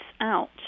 out